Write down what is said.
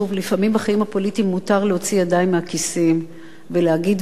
לפעמים בחיים הפוליטיים מותר להוציא ידיים מהכיסים ולהגיד דברים,